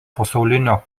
pasaulinio